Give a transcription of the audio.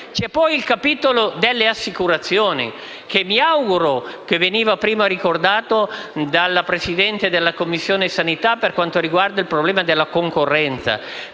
C'è poi il capitolo delle assicurazioni, che veniva prima ricordato dalla Presidente della Commissione sanità per quanto riguarda il problema della concorrenza,